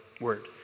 word